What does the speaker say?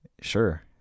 Sure